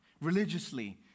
Religiously